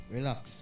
Relax